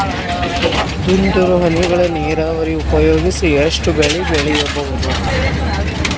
ತುಂತುರು ಹನಿಗಳ ನೀರಾವರಿ ಉಪಯೋಗಿಸಿ ಎಷ್ಟು ಬೆಳಿ ಬೆಳಿಬಹುದು?